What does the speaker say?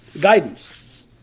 guidance